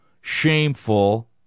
shameful